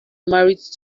married